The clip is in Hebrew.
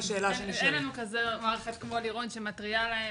אין לנו מערכת כזאת כמו אצל לירון שמתריעה להם